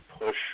push